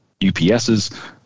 UPSs